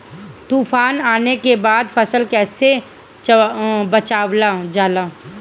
तुफान आने के बाद फसल कैसे बचावल जाला?